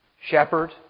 shepherd